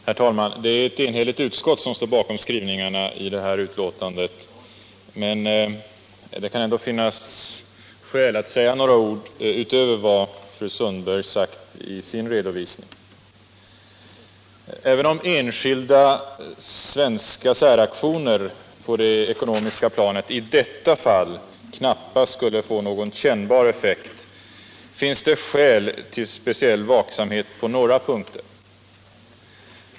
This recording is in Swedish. Herr talman! Det är ett enhälligt utskott som står bakom skrivningarna i betänkandet, men det kan ändå finnas skäl att säga några ord utöver vad fru Sundberg anfört i sin redovisning. Även om enskilda svenska säraktioner på det ekonomiska planet i detta fall knappast skulle få någon kännbar effekt finns det skäl till speciell vaksamhet på några punkter.